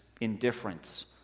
indifference